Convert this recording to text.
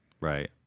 Right